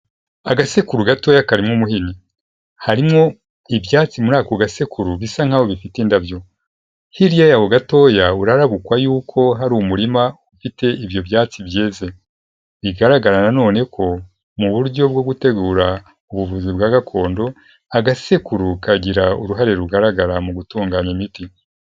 Agasekuru gatoya karimo umuhini harimo ibyatsi muri ako gasekuru bisa nk'aho bifite indabyo, hiya yaho gatoya urarabukwa yuko hari umurima ufite ibyo byatsi byeze, bigaragara nanone ko mu buryo bwo gutegura ubuvuzi bwa gakondo, agasekuru kagira uruhare rugaragara mu gutunganya imiti.